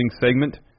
segment